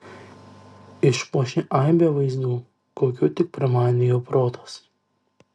išpuošė aibe vaizdų kokių tik pramanė jo protas